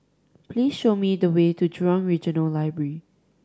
please show me the way to Jurong Regional Library